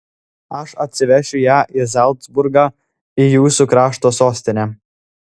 aš atsivešiu ją į zalcburgą į jūsų krašto sostinę